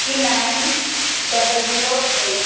nine double zero